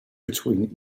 between